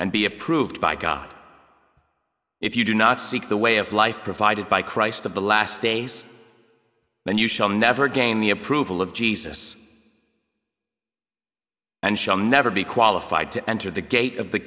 and be approved by god if you do not seek the way of life provided by christ of the last days then you shall never again the approval of jesus and shall never be qualified to enter the gate